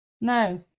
No